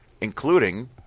including –